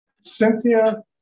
Cynthia